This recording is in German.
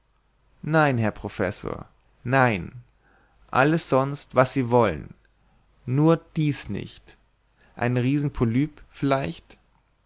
nein herr professor nein alles sonst was sie wollen nur dies nicht ein riesenpolyp vielleicht